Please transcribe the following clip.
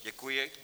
Děkuji.